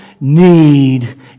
need